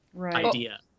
idea